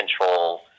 control